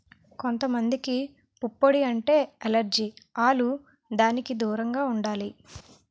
కొంత మందికి పుప్పొడి అంటే ఎలెర్జి ఆల్లు దానికి దూరంగా ఉండాలి